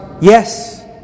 Yes